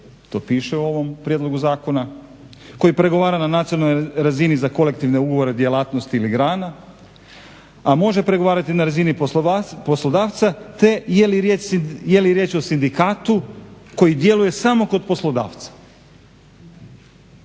to piše u ovom prijedlogu zakona koji pregovara na nacionalnoj razini za kolektivne ugovore djelatnosti ili grana, a može pregovarati na razini poslodavca, te je li riječ o sindikatu koji djeluje samo kod poslodavca.